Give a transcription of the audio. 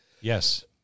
Yes